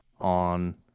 on